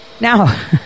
Now